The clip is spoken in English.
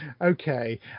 okay